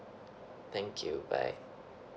thank you bye